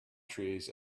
trees